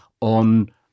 on